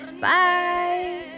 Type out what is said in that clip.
Bye